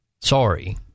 sorry